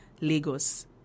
Lagos